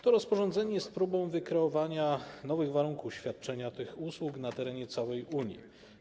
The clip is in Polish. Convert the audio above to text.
To rozporządzenie jest próbą wykreowania nowych warunków świadczenia tych usług na terenie całej Unii.